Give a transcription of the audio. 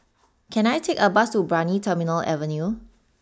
can I take a bus to Brani Terminal Avenue